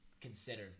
consider